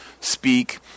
speak